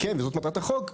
כמובן וזו מטרת החוק,